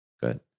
Good